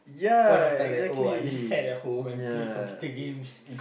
point of time lime oh I just sat at home and play computer games